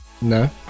No